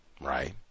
right